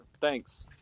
Thanks